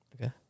Okay